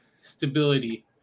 stability